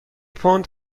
پوند